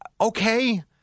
okay